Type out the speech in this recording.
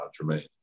Jermaine